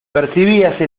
percibíase